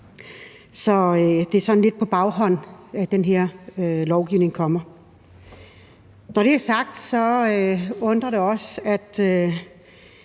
Så det er sådan lidt på bagkant, at den her lovgivning kommer. Når det er sagt, undrer det os, at